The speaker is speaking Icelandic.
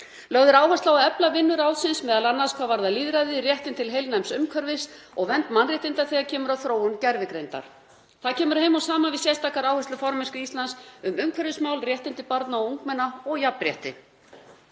Lögð er áhersla á að efla vinnu ráðsins, m.a. hvað varðar lýðræði, réttinn til heilnæms umhverfis og vernd mannréttinda þegar kemur að þróun gervigreindar. Það kemur heim og saman við sérstakar áherslu formennsku Íslands um umhverfismál, réttindi barna og ungmenna og jafnrétti.